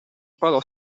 parò